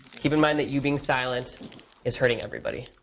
keep in mind that you being silent is hurting everybody.